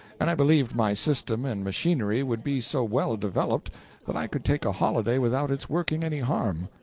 and i believed my system and machinery would be so well developed that i could take a holiday without its working any harm.